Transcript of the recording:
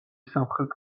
სამხრეთ